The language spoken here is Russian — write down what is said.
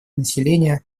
населения